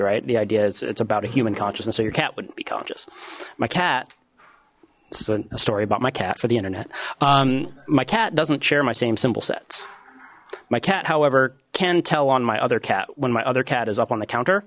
right the idea is it's about a human conscious and so your cat wouldn't be conscious my cat it's a story about my cat for the internet my cat doesn't share my same symbol sets my cat however can tell on my other cat when my other cat is up on the counter